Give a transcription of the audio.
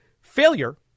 failure